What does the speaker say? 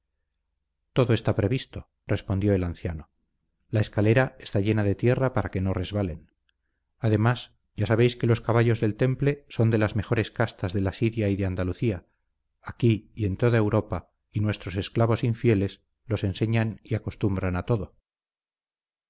todo está previsto respondió el anciano la escalera está llena de tierra para que no resbalen además ya sabéis que los caballos del temple son de las mejores castas de la siria y de andalucía aquí y en toda europa y nuestros esclavos infieles los enseñan y acostumbran a todo